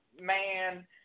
man